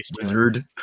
wizard